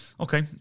Okay